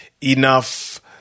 enough